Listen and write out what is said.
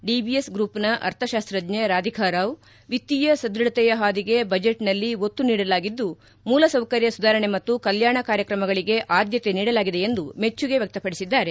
DBS ಗ್ರೂಪ್ನ ಅರ್ಥಶಾಸ್ತ್ರಜ್ಞೆ ರಾಧಿಕಾ ರಾವ್ ವಿತ್ತೀಯ ಸದ್ಕಢತೆಯ ಹಾದಿಗೆ ಬಜೆಚ್ನಲ್ಲಿ ಒತ್ತು ನೀಡಲಾಗಿದ್ದು ಮೂಲಸೌಕರ್ಯ ಸುಧಾರಣೆ ಮತ್ತು ಕಲ್ಕಾಣ ಕಾರ್ಯಕ್ರಮಗಳಿಗೆ ಆದ್ಕಕೆ ನೀಡಲಾಗಿದೆ ಎಂದು ಮೆಚ್ಚುಗೆ ವ್ಯಕ್ತಪಡಿಸಿದ್ದಾರೆ